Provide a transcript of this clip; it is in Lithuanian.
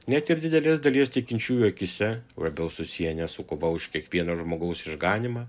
net ir didelės dalies tikinčiųjų akyse labiau susiję ne su kova už kiekvieno žmogaus išganymą